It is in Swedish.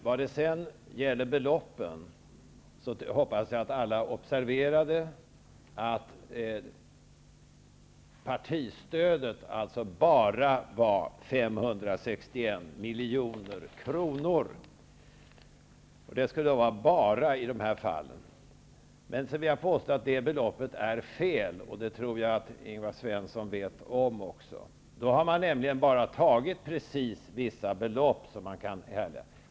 När det gäller beloppen hoppas jag att alla observerade att partistödet bara var 561 milj.kr. Det skulle vara ''bara'' i så fall. Jag vill påstå att det beloppet är fel. Det tror jag att Ingvar Svensson vet om. Man har där nämligen bara tagit med vissa belopp.